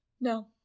No